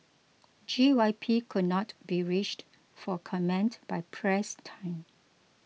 G Y P could not be reached for comment by press time